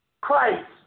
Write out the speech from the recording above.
Christ